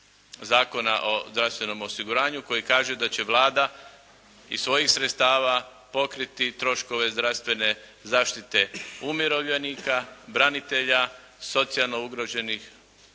Zakona o zdravstvenom osiguranju koji kaže da će Vlada iz svojih sredstava pokriti troškove zdravstvene zaštite umirovljenika, branitelja, socijalno ugroženih,